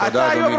תודה, אדוני.